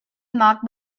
marked